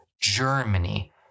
Germany